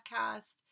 podcast